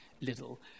little